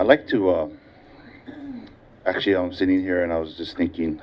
i'd like to actually i'm sitting here and i was just thinking